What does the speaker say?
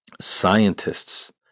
scientists